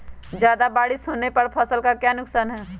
ज्यादा बारिस होने पर फसल का क्या नुकसान है?